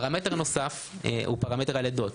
פרמטר נוסף הוא הלידות.